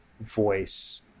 voice